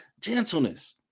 gentleness